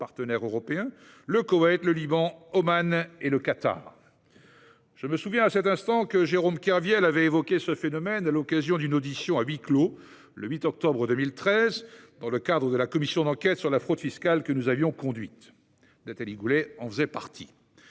partenaire européen -, le Koweït, le Liban, Oman et le Qatar. Eh oui ! Je me souviens à cet instant que Jérôme Kerviel avait évoqué ce phénomène lors d'une audition à huis clos, le 8 octobre 2013, dans le cadre de la commission d'enquête sur la fraude fiscale que nous avions conduite, dont Nathalie Goulet faisait partie.